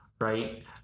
right